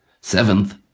seventh